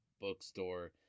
bookstore